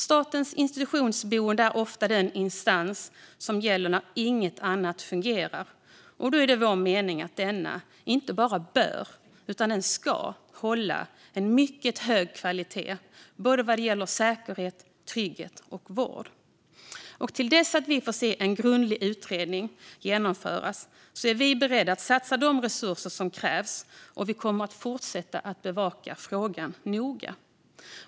Statens institutionsstyrelse är ofta den instans som gäller när inget annat fungerar. Det är vår mening att denna inte bara bör utan ska hålla en mycket hög kvalitet vad gäller säkerhet, trygghet och vård. Till dess att vi får se en grundlig utredning genomföras är vi beredda att satsa de resurser som krävs. Vi kommer att fortsätta bevaka frågan noga.